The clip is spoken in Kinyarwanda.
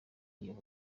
iyo